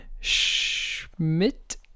Schmidt